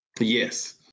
Yes